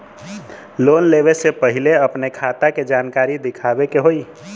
Loan लेवे से पहिले अपने खाता के जानकारी दिखावे के होई?